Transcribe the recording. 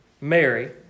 Mary